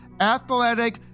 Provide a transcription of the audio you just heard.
athletic